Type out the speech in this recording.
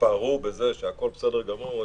התפארו שהכול בסדר גמור,